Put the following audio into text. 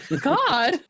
God